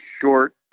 short